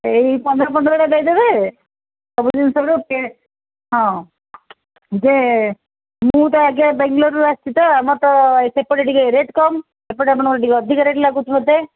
ଏଇ ପନ୍ଦର ପନ୍ଦରଟା ଦେଇଦେବେ ସବୁ ଜିନିଷରୁ ସିଏ ହଁ ଯେ ମୁଁ ତ ଆଜ୍ଞା ବେଙ୍ଗଲୋର୍ରୁ ଆସିଛି ତ ଆମର ତ ସେପଟେ ଟିକେ ରେଟ୍ କମ୍ ଏପଟେ ଆପଣଙ୍କର ଟିକେ ଅଧିକା ରେଟ୍ ଲାଗୁଛି ବୋଧେ